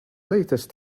latest